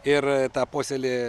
ir tą posėlį